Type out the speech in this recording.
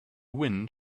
wind